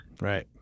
Right